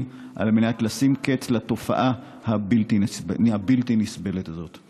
על מנת לשים קץ לתופעה הבלתי-נסבלת הזאת.